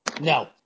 no